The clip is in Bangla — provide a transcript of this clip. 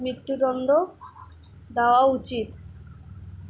মৃত্যুদণ্ড দেওয়া উচিৎ